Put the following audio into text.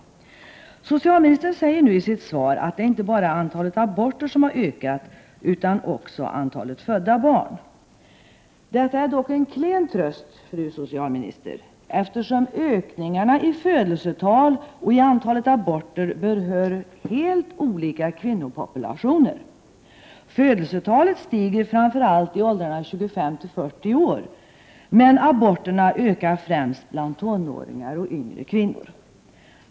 Socialministern säger nu i sitt svar att det inte bara är antalet aborter som har ökat, utan också antalet födda barn. Detta är dock en klen tröst, fru socialminister, eftersom ökningarna i födelsetal och i antalet aborter berör helt olika kvinnopopulationer. Födelsetalet stiger framför allt i åldrarna 25-40 år, men aborterna ökar främst bland tonåringar och yngre kvinnor.